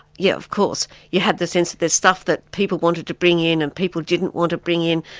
yeah of course, you had the sense that there's stuff that people wanted to bring in, and people didn't want to bring in,